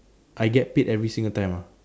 I get paid every single time ah